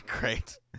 Great